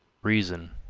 reason,